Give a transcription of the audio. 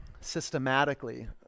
systematically